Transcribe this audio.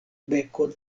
bekon